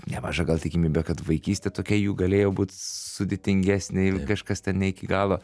nemaža gal tikimybė kad vaikystė tokia jų galėjo būt sudėtingesnė ir kažkas ten ne iki galo